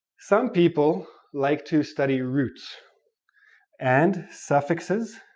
some people like to study roots and suffixes